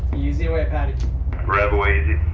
easy way, patty rev away